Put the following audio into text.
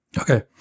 Okay